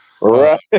Right